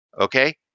okay